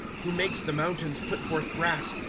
who makes the mountains put forth grass,